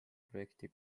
projekti